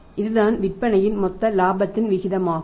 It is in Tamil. இது தான் விற்பனையின் மொத்த இலாபத்தின் விகிதமாகும்